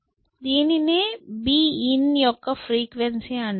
దీనినే b in యొక్క frequency అంటున్నాము